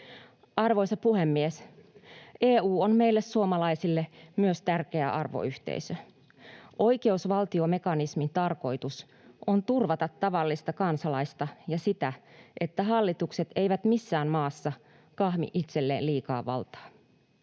Arvoisa puhemies! EU on meille suomalaisille myös tärkeä arvoyhteisö. Oikeusvaltiomekanismin tarkoitus on turvata tavallista kansalaista ja sitä, että hallitukset eivät missään maassa kahmi itselleen liikaa valtaa.